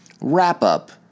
wrap-up